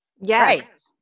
Yes